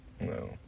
No